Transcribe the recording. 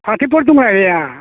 फाथोफोर दंना गैया